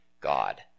God